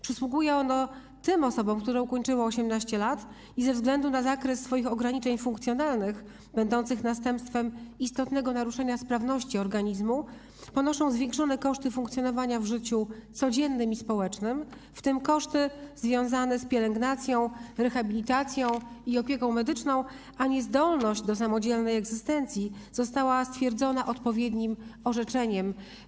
Przysługuje ono tym osobom, które ukończyły 18 lat i ze względu na zakres swoich ograniczeń funkcjonalnych będących następstwem istotnego naruszenia sprawności organizmu ponoszą zwiększone koszty funkcjonowania w życiu codziennym i społecznym, w tym koszty związane z pielęgnacją, rehabilitacją i opieką medyczną, a niezdolność do samodzielnej egzystencji została stwierdzona poprzez odpowiednie orzeczenie.